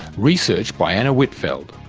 research by anna whitfeld,